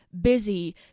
busy